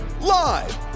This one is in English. live